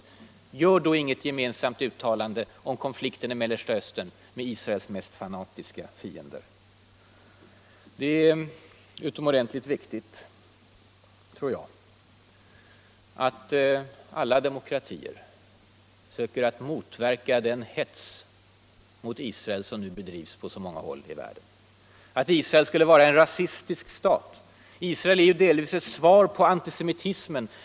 Men gör då inget uttalande om konflikten i Mellersta Östern tillsammans med Israels mest fanatiska fiender! Det är utomordentligt viktigt att alla demokratier söker att motverka den hets mot Israel som nu bedrivs på så många håll i världen. Man påstår att Israel skulle vara en rasistisk stat. Men Israel är tvärtom delvis ett svar på antisemitismen.